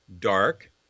dark